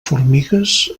formigues